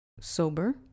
sober